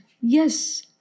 yes